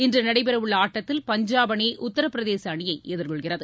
இன்று நடைபெறவுள்ள ஆட்டத்தில் பஞ்சாப் அணி உத்தரபிரதேச அணியை எதிர்கொள்கிறது